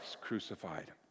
crucified